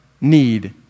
need